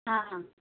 ହଁ ହଁ